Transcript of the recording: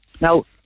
now